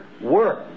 work